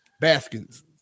Baskins